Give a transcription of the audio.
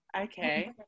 Okay